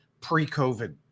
pre-COVID